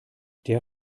der